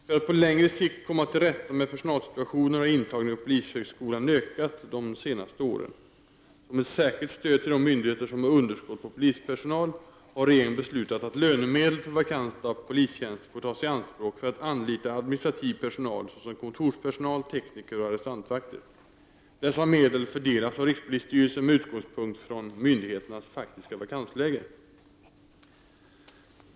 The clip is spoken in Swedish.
För att man på längre sikt skall komma till rätta med personalsituationen har intagningen till polishögskolan ökat de senaste åren. Som ett särskilt stöd till de myndigheter som har underskott på polispersonal har regeringen beslutat att lönemedel för vakanta polistjänster får tas i anspråk för att anlita administrativ personal, såsom kontorspersonal, tekniker och arrestantvakter. Dessa medel fördelas av rikspolisstyrelsen med utgångspunkt från myndigheternas faktiska vakansläge.